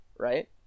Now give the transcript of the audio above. Right